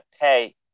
pay